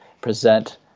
present